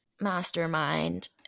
Mastermind